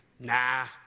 Nah